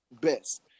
best